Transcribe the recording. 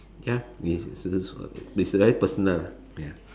ya is is is very personal ya